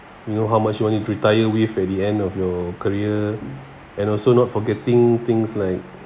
you know how much you want to retire with at the end of your career and also not forgetting things like